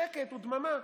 שקט ודממה.